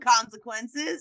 consequences